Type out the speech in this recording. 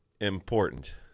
important